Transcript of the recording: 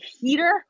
heater